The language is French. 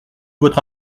votre